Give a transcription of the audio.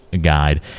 guide